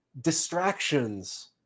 distractions